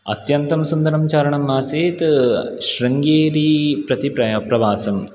अत्यन्तं सुन्दरं चारणम् आसीत् शृङ्गेरि प्रति प्रय प्रवासम्